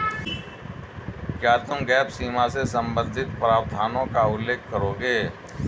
क्या तुम गैप सीमा से संबंधित प्रावधानों का उल्लेख करोगे?